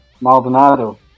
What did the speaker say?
Maldonado